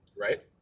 Right